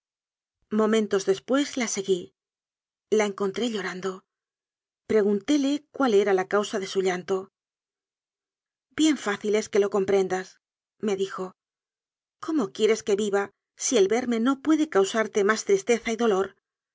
momentos después la seguí la encontré llorando preguntéle cuál era la causa de su llanto bien fácil es que lo com prendasme dijo cómo quieres que viva si el verme no puede causarte más que tristeza y do